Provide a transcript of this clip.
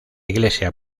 iglesia